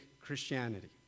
Christianity